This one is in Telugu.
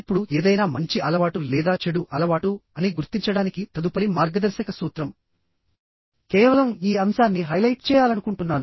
ఇప్పుడుఏదైనా మంచి అలవాటు లేదా చెడు అలవాటు అని గుర్తించడానికి తదుపరి మార్గదర్శక సూత్రం కేవలం ఈ అంశాన్ని హైలైట్ చేయాలనుకుంటున్నాను